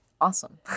awesome